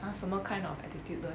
!huh! 什么 kind of attitude 的 leh